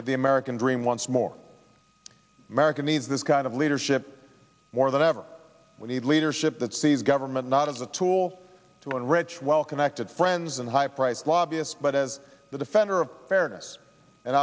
at the american dream once more america needs this kind of leadership more than ever we need leadership that sees government not as a tool to enrich well connected friends and high priced lobbyist but as the defender of fairness and